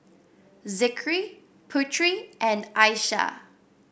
Zikri Putri and Aishah